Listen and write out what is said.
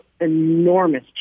enormous